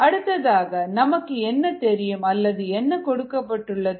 அடுத்ததாக நமக்கு என்ன தெரியும் அல்லது என்ன கொடுக்கப்பட்டுள்ளது